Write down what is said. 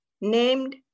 named